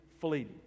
fleeting